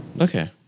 Okay